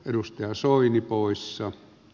edustaja soini poissa